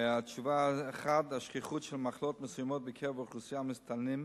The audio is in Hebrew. התשובה: 1. השכיחות של מחלות מסוימות בקרב אוכלוסיית המסתננים